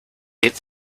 eight